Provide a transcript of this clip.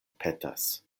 petas